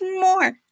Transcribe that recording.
more